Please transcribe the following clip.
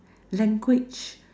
language